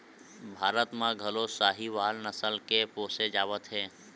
भारत म घलो साहीवाल नसल ल पोसे जावत हे